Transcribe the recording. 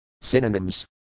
Synonyms